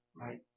right